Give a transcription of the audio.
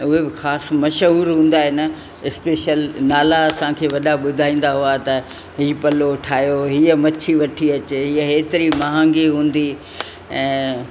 उहे बि ख़ासि मशहूरु हूंदा आहिनि स्पेशल नाला असांखे वॾा ॿुधाईंदा हुआ त इहो पल्लो ठाहियो हीअ मछी वठी अचे हीअ हेतिरी महांगी हुंदी ऐं